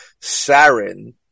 Sarin